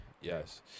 Yes